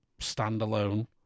standalone